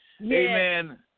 Amen